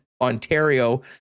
Ontario